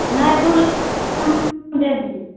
नहि दू दे दियौ